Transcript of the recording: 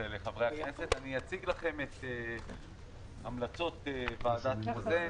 אני אציג לכם את המלצות ועדת רוזן.